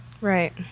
Right